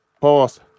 Pause